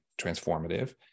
transformative